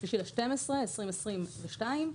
עד ה-3 בדצמבר 2022,